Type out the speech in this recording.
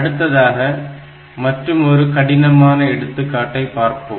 அடுத்ததாக மற்றுமொரு கடினமான எடுத்துக்காட்டை பார்ப்போம்